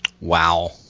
Wow